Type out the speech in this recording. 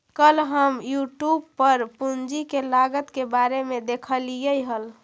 कल हम यूट्यूब पर पूंजी के लागत के बारे में देखालियइ हल